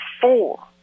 four